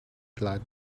glad